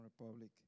Republic